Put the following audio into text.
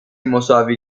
مساوی